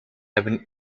hebben